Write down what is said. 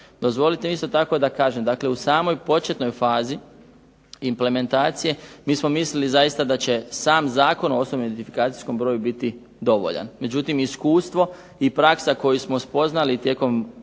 Dozvolite mi isto tako da kažem, dakle u samoj početnoj fazi implementacije mi smo mislili zaista da će sam Zakon o osobnom identifikacijskom broju biti dovoljan. Međutim, iskustvo i praksa koju smo spoznali tijekom